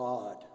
God